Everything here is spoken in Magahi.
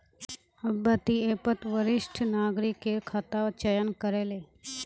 अब्बा ती ऐपत वरिष्ठ नागरिकेर खाता चयन करे ले